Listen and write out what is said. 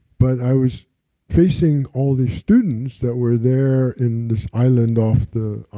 but i was facing all these students that were there in this island off the.